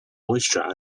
moisture